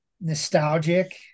nostalgic